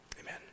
amen